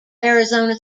arizona